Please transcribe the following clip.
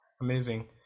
Amazing